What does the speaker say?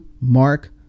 Mark